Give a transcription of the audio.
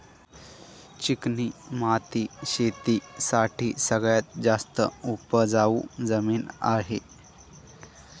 चिकणी माती शेती साठी सगळ्यात जास्त उपजाऊ जमीन आहे